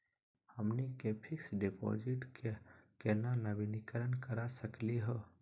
हमनी के fix deposit क केना नवीनीकरण करा सकली हो?